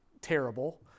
terrible